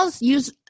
use